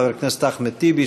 חבר הכנסת אחמד טיבי,